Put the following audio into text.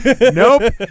Nope